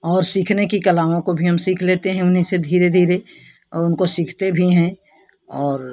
और सीखने की कलाओं को भी हम सीख लेते हैं उन्हीं से धीरे धीरे और उनको सीखते भी हैं और